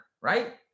right